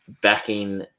backing